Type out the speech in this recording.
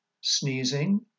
sneezing